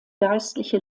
geistliche